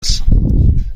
هستم